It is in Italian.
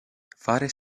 fare